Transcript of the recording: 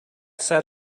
sat